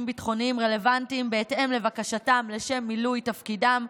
ביטחוניים רלוונטיים בהתאם לבקשתם לשם מילוי תפקידם,